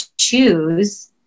choose